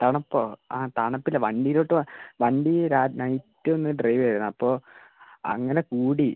തണുപ്പോ ആ തണുപ്പില്ല വണ്ടിയിലോട്ട് വണ്ടി നൈറ്റ് ഒന്ന് ഡ്രൈവ് ചെയ്തായിരുന്നു അപ്പോൾ അങ്ങനെ കൂടി